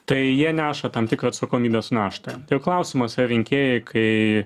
tai jie neša tam tikrą atsakomybės naštą klausimas ar rinkėjai kai